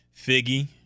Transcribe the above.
Figgy